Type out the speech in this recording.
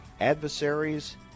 adversaries